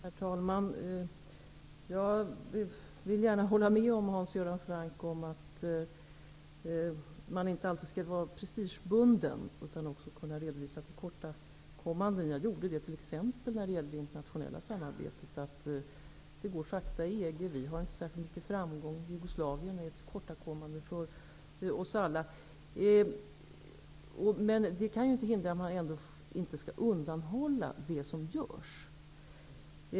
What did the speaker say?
Herr talman! Jag vill gärna hålla med Hans Göran Franck om att man inte alltid skall vara prestigebunden utan även skall kunna redovisa tillkortakommanden. Jag gjorde det t.ex. när det gäller det internationella samarbetet. Det går sakta i EG. Vi har inte särskilt mycket framgång. Situationen i Jugoslavien är ett tillkortakommande för oss alla. Dessa faktum skall väl ändå inte innebära att man skall undanhålla det som görs.